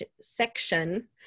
section